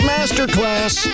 Masterclass